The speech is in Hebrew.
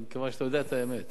מכיוון שאתה יודע את האמת.